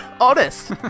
Honest